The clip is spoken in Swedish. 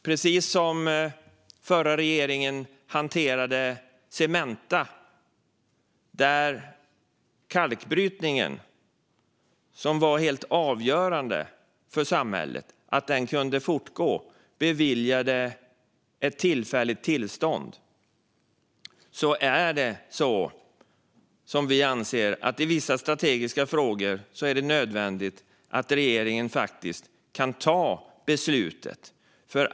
Precis som den förra regeringen hanterade Cementa, där den kalkbrytning som var helt avgörande för samhället kunde fortgå genom att ett tillfälligt tillstånd beviljades, anser vi att det i vissa strategiska frågor är nödvändigt att regeringen faktiskt kan ta beslutet.